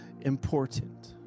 important